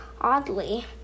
oddly